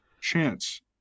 chance